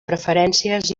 preferències